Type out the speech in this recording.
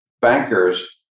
bankers